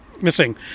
missing